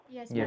Yes